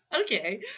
okay